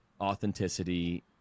authenticity